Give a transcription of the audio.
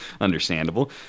understandable